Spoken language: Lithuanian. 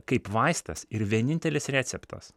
kaip vaistas ir vienintelis receptas